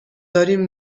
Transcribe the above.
داریم